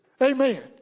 Amen